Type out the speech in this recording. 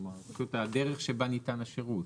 כלומר הדרך שבה ניתן השירות.